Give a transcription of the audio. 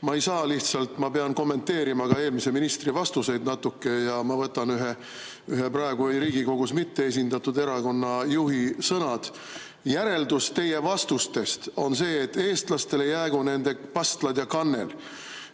Ma ei saa lihtsalt, ma pean natuke kommenteerima ka eelmise ministri vastuseid ja ma võtan [appi] ühe praegu Riigikogus mitteesindatud erakonna juhi sõnad. Järeldus teie vastustest on see, et eestlastele jäägu nende pastlad ja kannel.